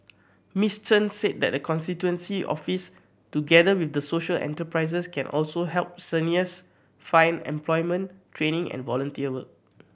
Miss Chan said the constituency office together with social enterprises can also help seniors find employment training and volunteer work